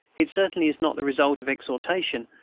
it certainly is not the result of exhortation,